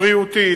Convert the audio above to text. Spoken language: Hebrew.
בריאותי,